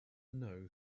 know